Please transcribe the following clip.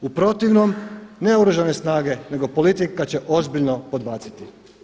U protivnom ne Oružane snage, nego politika će ozbiljno podbaciti.